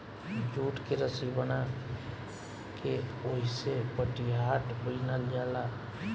jute के रसी बना के ओहिसे पटिहाट बिनल जाला